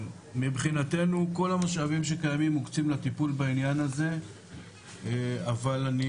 מבחינתנו כל המשאבים שקיימים מוקצים לטיפול בענין הזה אבל אני